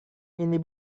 ini